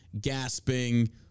gasping